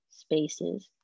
spaces